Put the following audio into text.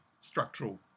structural